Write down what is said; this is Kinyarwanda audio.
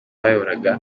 bayoboraga